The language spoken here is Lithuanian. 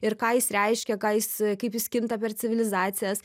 ir ką jis reiškia ką jis kaip jis kinta per civilizacijas